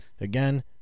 Again